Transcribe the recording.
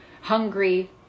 hungry